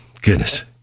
goodness